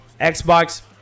Xbox